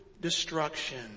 Destruction